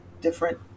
different